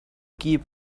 keep